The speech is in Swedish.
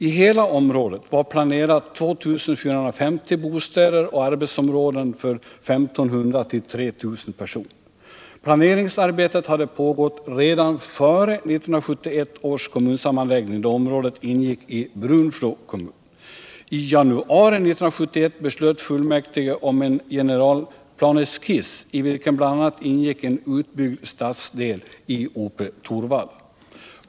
I hela området var planerat 2 450 bostäder och arbetsområden för 1 500-3 000 personer. Planeringsarbetet hade pågått redan före 1971 års kommunsammanläggning, då området ingick i Brunflo kommun. I januari 1971 beslöt fullmäktige om en generalplaneskiss, i vilken bl.a. ingick en utbyggd stadsdel i Ope-Torvalla.